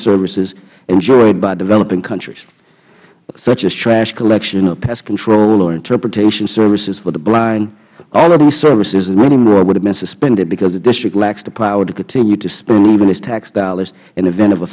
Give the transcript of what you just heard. services enjoyed by developing countries such as trash collection or pest control or interpretation services for the blind all of these services and many more would have been suspended because the district lacks the power to continue to spend even its tax dollars in the event of a